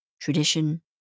tradition